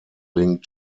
link